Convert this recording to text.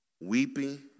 Weeping